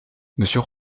monsieur